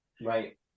right